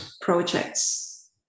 projects